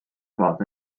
fod